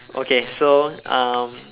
okay so um